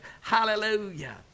hallelujah